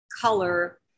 color